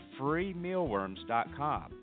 freemealworms.com